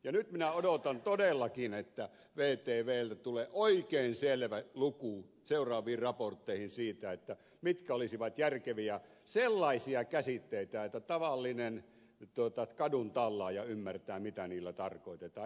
ja nyt minä odotan todellakin että vtvltä tulee oikein selvä luku seuraaviin raportteihin siitä mitkä olisivat järkeviä sellaisia käsitteitä että tavallinen kaduntallaaja ymmärtää mitä niillä tarkoitetaan